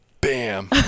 bam